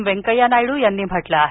वेंकैया नायडू यांनी म्हटलं आहे